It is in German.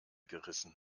gerissen